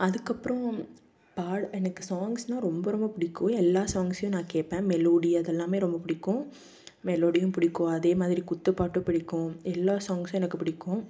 அதுக்கு அப்றம் பாடல் எனக்கு சாங்ஸ்னால் ரொம்ப ரொம்ப பிடிக்கும் எல்லா சாங்ஸையும் நான் கேட்பேன் மெலோடி அதெல்லாமே ரொம்ப பிடிக்கும் மெலோடியும் பிடிக்கும் அதே மாதிரி குத்துப்பாட்டும் பிடிக்கும் எல்லா சாங்ஸும் எனக்கு பிடிக்கும்